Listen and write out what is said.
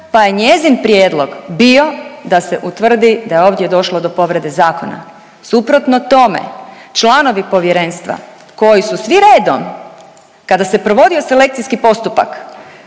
pa je njezin prijedlog bio da se utvrdi da je ovdje došlo do povrede zakona. Suprotno tome članovi povjerenstva koji su svi redom kada se provodio selekcijski postupak